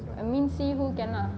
I mean see who can ah